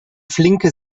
flinke